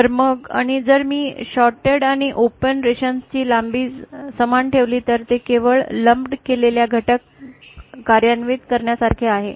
तर मग आणि जर मी या शॉर्ट्ट्स आणि ओपन रेषांची लांबी समान ठेवली तर ते केवळ लंप केलेले घटक कार्यान्वित करण्यासारखे आहे